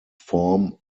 form